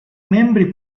membri